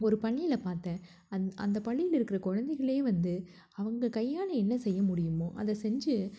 ஒரு பள்ளியில் பார்த்தேன் அந் அந்த பள்ளியில் இருக்கிற குழந்தைகளே வந்து அவங்க கையால் என்ன செய்ய முடியுமோ அதை செஞ்சு